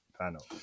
panel